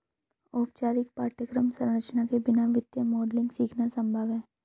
औपचारिक पाठ्यक्रम संरचना के बिना वित्तीय मॉडलिंग सीखना संभव हैं